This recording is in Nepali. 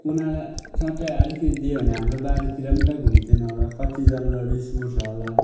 उनीहरूलाई च्याट्टै अलिकति दियो भने हाम्रो बारीतिर पनि त घुम्ने थिएन होला कतिजानालाई रिस उठ्छ होला